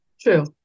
True